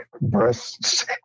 breasts